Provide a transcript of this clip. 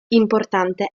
importante